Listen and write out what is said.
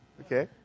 okay